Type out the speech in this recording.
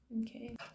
okay